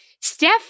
Steph